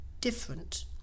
different